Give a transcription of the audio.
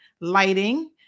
lighting